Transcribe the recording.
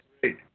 great